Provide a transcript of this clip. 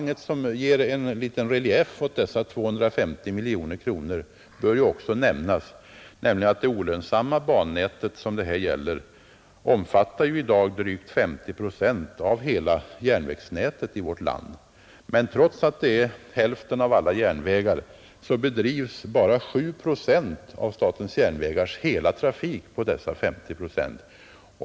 En siffra som i sammanhanget kan ge relief åt dessa 250 miljoner kronor är att det olönsamma bannätet som det här gäller i dag omfattar drygt 50 procent av hela järnvägsnätet i vårt land. Men trots att så är förhållandet bedrivs bara 7 procent av statens järnvägars hela trafik på dessa 50 procent av järnvägsnätet.